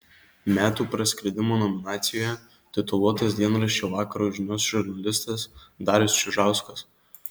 metų praskridimo nominacijoje tituluotas dienraščio vakaro žinios žurnalistas darius čiužauskas